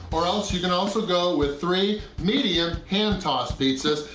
or else you can also go with three medium hand-tossed pizzas.